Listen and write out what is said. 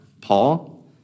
Paul